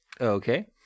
Okay